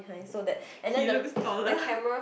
he looks taller